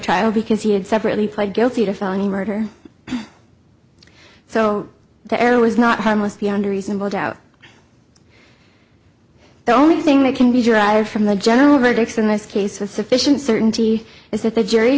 trial because he had separately pled guilty to felony murder so the error was not harmless beyond reasonable doubt the only thing that can be derived from the general verdict in this case is sufficient certainty is that the jury